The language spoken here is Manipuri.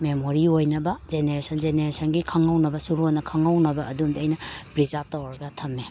ꯃꯦꯃꯣꯔꯤ ꯑꯣꯏꯅꯕ ꯖꯦꯅꯦꯔꯦꯁꯟ ꯖꯦꯅꯦꯔꯦꯁꯟꯒꯤ ꯈꯪꯍꯧꯅꯕ ꯁꯨꯔꯣꯟꯅ ꯈꯪꯍꯧꯅꯕ ꯑꯗꯨ ꯑꯃꯗꯤ ꯑꯩꯅ ꯄ꯭ꯔꯤꯖꯥꯕ ꯇꯧꯔꯒ ꯊꯝꯃꯦ